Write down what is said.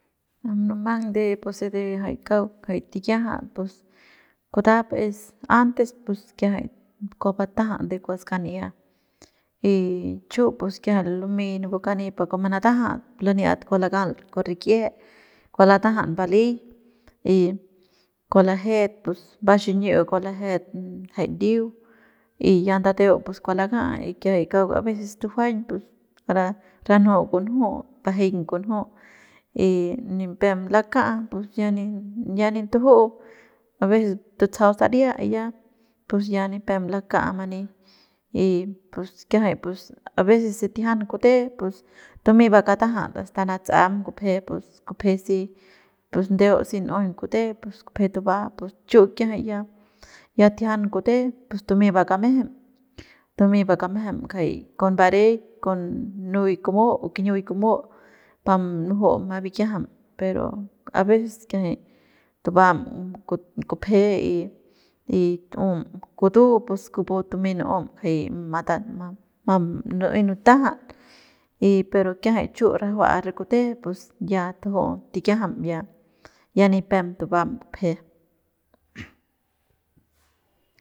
Munumang de jay puse de kauk jay tikiajat pus kutap es antes pus kiajay kua batajat con kua skan'ia y pus chu kiajay lumey napu kani pa kua manatajat laniat kua lakal kua rik'ie kua latajat bali y kua lajet pus baxini'iu kua lajet jay ndiu y ya ndateu pus kua laka'a y kiajay kauk a veces tujuañ pus kara ranju kunju bajeiñ kunju y nipem laka pus ya ya nintuju' a veces tutsajau saria y ya pus ya nipem laka mani y pus kiajay pus a veces se tijian kute pus tumey bakatajat asta natsa'am kupeje pus kupeje si pus ndeu si n'ujuñ kute pus kup'je tuba pus chu kiajay ya ya tijian kute pus tumey bakamejem tumey bakamejem jay con bareik con nuy kumu o kiñiuy kumu pa munujum ma bikiajam pero a veces kiajay tubam kupje y y tu'um kutu pus kupu tumeiñ nu'um jay mat jay munu'uey nutajat y pero kiajay chu rajua re kute pus ya tuju'um tikiajam ya nipem tubam kupje.